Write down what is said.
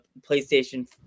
PlayStation